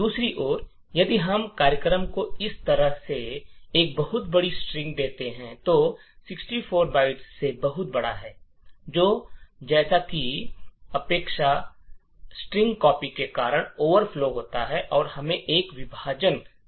दूसरी ओर यदि हम कार्यक्रम को इस तरह से एक बहुत बड़ी स्ट्रिंग देते हैं जो 64 बाइट से बहुत बड़ा है तो जैसा कि अपेक्षा बफर स्ट्रसीपी के कारण ओवरफ्लो होता है और हमें एक विभाजन गलती मिलती है